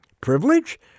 Privilege